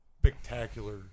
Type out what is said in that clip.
spectacular